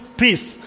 peace